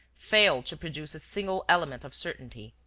failed to produce a single element of certainty.